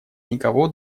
никого